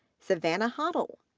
savannah hottle,